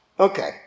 Okay